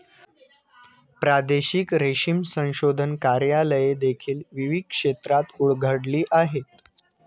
प्रादेशिक रेशीम संशोधन कार्यालये देखील विविध क्षेत्रात उघडली आहेत